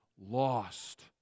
lost